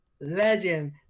Legend